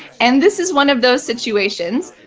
and this is one of those situations.